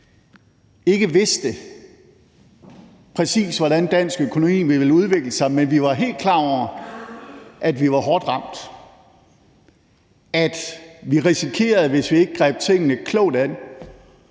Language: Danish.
ikke præcis, hvordan dansk økonomi ville udvikle sig, men vi var helt klar over, at vi var hårdt ramt, at vi risikerede, at vi, hvis vi ikke greb tingene klogt an,